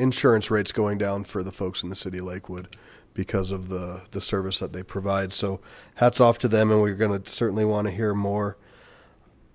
insurance rates going down for the folks in the city of lakewood because of the the service that they provide so hats off to them and we're gonna certainly want to hear more